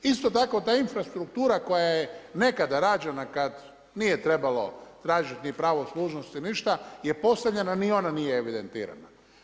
Isto tako ta infrastruktura koja je nekada rađena kad nije trebalo tražiti pravo služnosti ništa je postavljena, ni ona nije evidentirana.